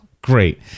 Great